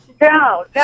No